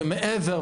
ומעבר,